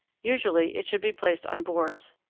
usually it should be placed on boards.